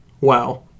Wow